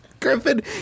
Griffin